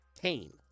pain